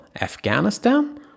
Afghanistan